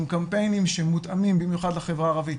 עם קמפיינים שמותאמים במיוחד לחברה הערבית,